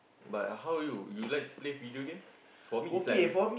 but are you you like to play video game for me it's like